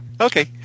Okay